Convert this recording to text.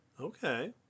okay